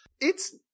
it's-